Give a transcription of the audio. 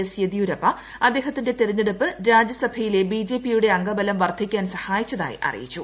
S Yediyurappa അദ്ദേഹത്തിന്റെ തെരഞ്ഞെടുപ്പ് രാജ്യസഭയിലെ ബിജെപിയുടെ അംഗബലം വർദ്ധിക്കാൻ സഹായിച്ചതായി അറിയിച്ചു